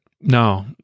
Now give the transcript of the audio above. no